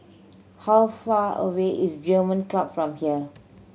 how far away is German Club from here